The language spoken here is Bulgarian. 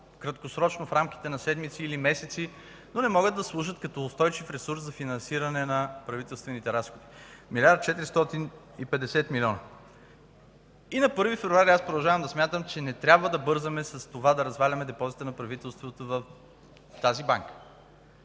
краткосрочно в рамките на седмици или месеци, но не могат да служат като устойчив ресурс за финансиране на правителствените разходи – 1 млрд. 450 милиона! На 1 февруари, аз продължавам да смятам, че не трябва да бързаме да разваляме депозитите на правителството в тази банка.